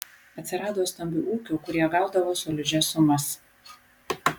atsirado stambių ūkių kurie gaudavo solidžias sumas